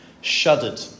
shuddered